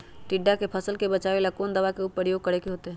टिड्डा से फसल के बचावेला कौन दावा के प्रयोग करके होतै?